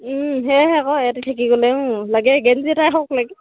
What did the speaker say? সেয়েহে আকৌ এয়া থাকি গ'লেও লাগে গেঞ্জী এটাই হওক লাগে